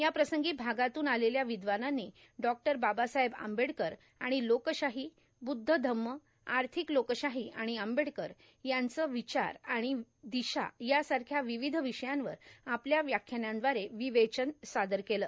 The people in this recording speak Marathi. याप्रसंगी भागातून आलेल्या विदवानांनी डॉक्टर बाबासाहेब आंबेडकर आणि लोकशाही ब्द्ध धम्म आर्थिक लोकशाही आणि आंबेडकर यांचे विचार आणि दिशा यासारख्या विविध विषयांवर आपल्या व्याख्यानांदवारे विवेचन केले